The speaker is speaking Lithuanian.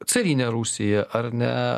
carinė rusija ar ne